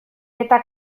eta